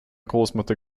großmutter